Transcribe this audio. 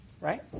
Right